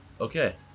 okay